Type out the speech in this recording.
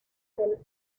del